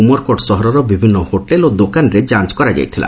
ଉମରକୋଟ ସହରର ବିଭିନ୍ନ ହୋଟେଲ୍ ଓ ଦୋକାନରେ ଯାଞ କରାଯାଇଥିଲା